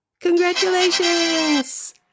Congratulations